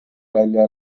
välja